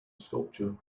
sculpture